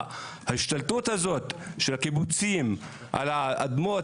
ההשתלטות הזאת של הקיבוצים על אדמות